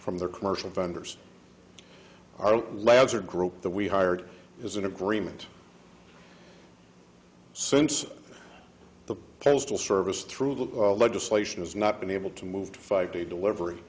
from their commercial vendors i don't lads are group that we hired is in agreement since the pedestal service through the legislation has not been able to move five day delivery